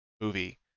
movie